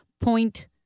point